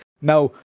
Now